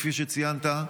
כפי שציינת.